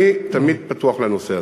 אני תמיד פתוח לנושא הזה.